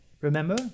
remember